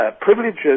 privileges